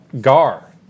Gar